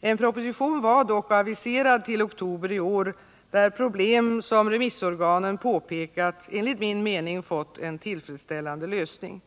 En proposition var dock aviserad till oktober i år, där problem som remissorganen påpekar enligt min mening fått en tillfredsställande lösning.